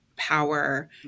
power